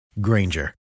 Granger